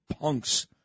punks